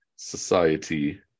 Society